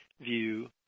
view